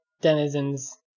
Denizen's